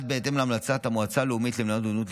בהתאם להמלצת המועצה הלאומית למניעת אובדנות,